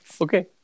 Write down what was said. Okay